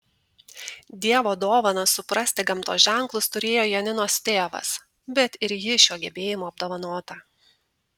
dievo dovaną suprasti gamtos ženklus turėjo janinos tėvas bet ir ji šiuo gebėjimu apdovanota